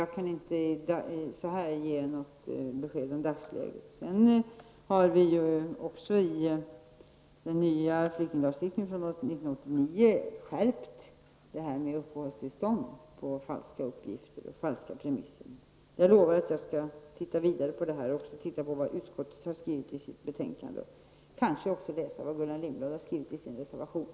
Jag kan inte så här ge något besked om dagsläget. I den nya flyktinglagstiftningen från 1989 har vi gjort en skärpning när det gäller uppehållstillstånd på falska premisser. Men jag lovar att titta vidare på det här och även titta på vad utskottet har skrivit i sitt betänkande, kanske också på vad Gullan Lindblad har skrivit i sin reservation.